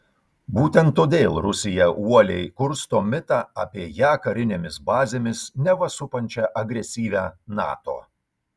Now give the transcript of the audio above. būtent todėl rusija uoliai kursto mitą apie ją karinėmis bazėmis neva supančią agresyvią nato